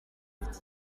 mfite